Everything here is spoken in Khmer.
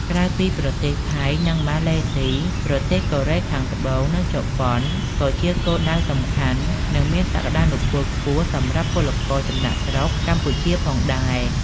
ក្រៅពីប្រទេសថៃ និងម៉ាឡេស៊ី ប្រទេសកូរ៉េខាងត្បូង និងជប៉ុនក៏ជាគោលដៅដ៏សំខាន់ និងមានសក្ដានុពលខ្ពស់សម្រាប់ពលករចំណាកស្រុកកម្ពុជាផងដែរ ។